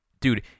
dude